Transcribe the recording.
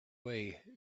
way